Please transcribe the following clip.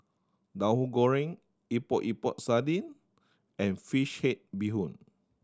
Tahu Goreng Epok Epok Sardin and fish head bee hoon